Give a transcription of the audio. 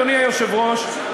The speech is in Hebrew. אדוני היושב-ראש,